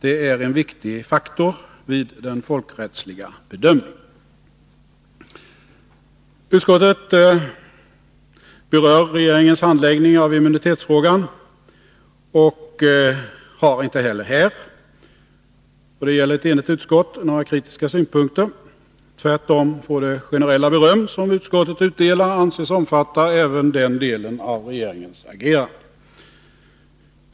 Det är en viktig faktor vid den folkrättsliga bedömningen.” Utskottet berör regeringens handläggning av immunitetsfrågan och har inte heller här — och det gäller ett enigt utskott — några kritiska synpunkter. Tvärtom får det generella beröm som utskottet utdelar anses omfatta även den delen av regeringens agerande.